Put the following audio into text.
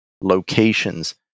locations